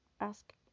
Ask